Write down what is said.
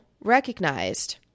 recognized